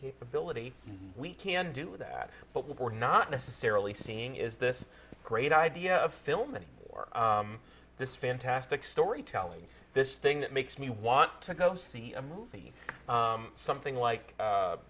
capability we can do that but we're not necessarily seeing is this great idea of filming or this fantastic storytelling this thing that makes me want to go see a movie something like